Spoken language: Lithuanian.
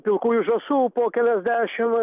pilkųjų žąsų po keliasdešim